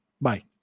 Bye